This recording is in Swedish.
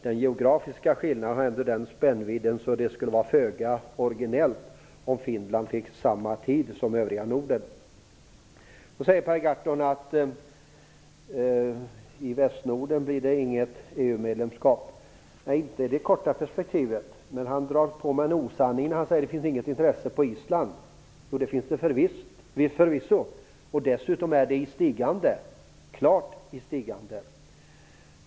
Den geografiska skillnaden har ändå en sådan spännvidd att det skulle vara föga originellt om Finland fick samma tid som det övriga Per Gahrton säger att det inte blir något EU medlemskap i Västnorden. Nej, inte i det korta perspektivet. Men han far med osanning när han säger att det inte finns något intresse på Island. Det finns det förvisso. Dessutom är det klart i stigande.